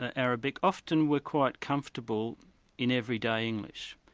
ah arabic, often were quite comfortable in everyday english,